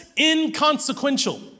inconsequential